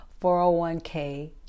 401k